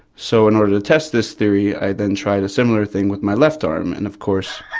so in order to test this theory, i then tried a similar thing with my left arm, and of course,